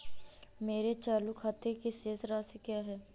मेरे चालू खाते की शेष राशि क्या है?